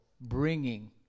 bringing